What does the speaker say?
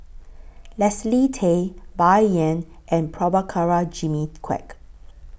Leslie Tay Bai Yan and Prabhakara Jimmy Quek